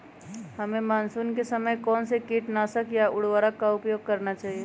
हमें मानसून के समय कौन से किटनाशक या उर्वरक का उपयोग करना चाहिए?